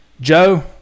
Joe